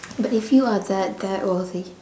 but if you are that that wealthy